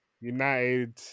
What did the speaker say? United